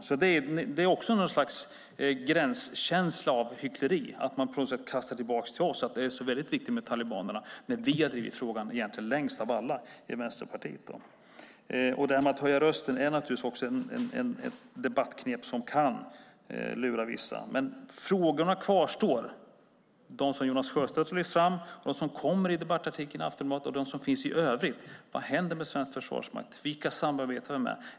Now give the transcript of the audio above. Det är alltså också någon slags gränskänsla av hyckleri, att man på något sätt kastar tillbaka till oss att det är så väldigt viktigt med talibanerna när vi i Vänsterpartiet egentligen har drivit frågan längst av alla. Att höja rösten är naturligtvis ett debattknep som kan lura vissa. Frågorna kvarstår - de som Jonas Sjöstedt lyft fram, de som förekommer i debattartiklar i Aftonbladet och i övrigt. Vad händer med svensk försvarsmakt? Vilka samarbetar vi med?